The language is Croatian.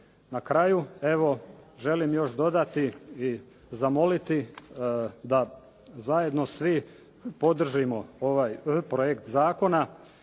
Na kraju evo, želim još dodati i zamoliti da zajedno svi podržimo ovaj projekt zakona,